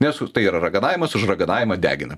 nes tai yra raganavimas už raganavimą degina